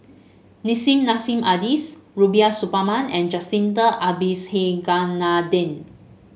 Nissim Nassim Adis Rubiah Suparman and Jacintha Abisheganaden